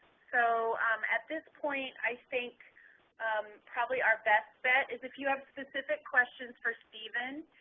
so um at this point i think probably our best bet is if you have specific questions for stephen,